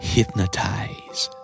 Hypnotize